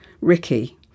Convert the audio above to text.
Ricky